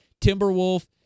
Timberwolf